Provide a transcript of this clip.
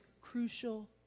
crucial